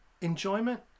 enjoyment